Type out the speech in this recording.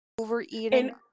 overeating